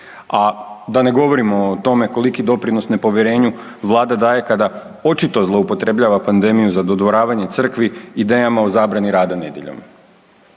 A da ne govorimo o tome koliki doprinos nepovjerenju Vlada daje kada očito zloupotrebljava pandemiju za dodvoravanje crkvi idejama o zabrani rada nedjeljom.